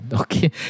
Okay